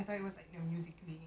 mm